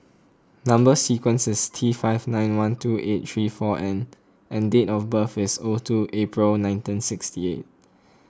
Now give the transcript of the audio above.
Number Sequence is T five nine one two eight three four N and date of birth is O two April nineteen sixty eight